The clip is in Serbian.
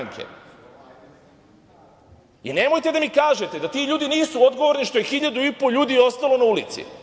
Nemojte da mi kažete da ti ljudi nisu odgovorni što je 1.500 ljudi ostalo na ulici.